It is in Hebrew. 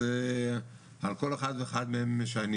אז על כל אחד ואחד מהם,